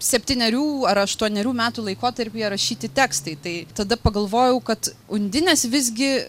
septynerių ar aštuonerių metų laikotarpyje rašyti tekstai tai tada pagalvojau kad undinės visgi